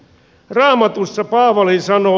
raamatussa paavali sanoo